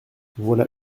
voilà